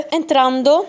entrando